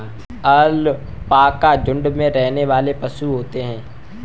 alpaca झुण्ड में रहने वाले पशु होते है